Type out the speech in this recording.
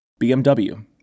BMW